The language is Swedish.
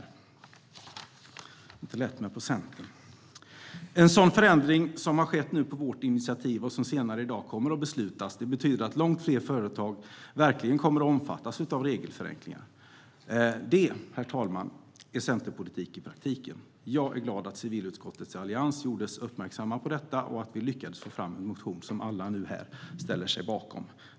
Det är inte lätt med procenten. En sådan förändring som på vårt initiativ senare i dag kommer att beslutas betyder att långt fler företag verkligen kommer att omfattas av regelförenklingar. Det, herr talman, är centerpolitik i praktiken. Jag är glad över att civilutskottets allians gjordes uppmärksamma på detta och att vi lyckades få fram en motion som alla här ställer sig bakom.